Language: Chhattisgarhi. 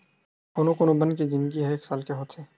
कोनो कोनो बन के जिनगी ह एके साल के होथे